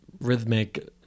rhythmic